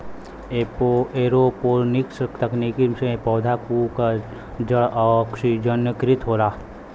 aeroponics तकनीकी में पौधा कुल क जड़ ओक्सिजनकृत होला